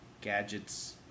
gadgets